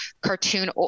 cartoon